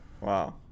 wow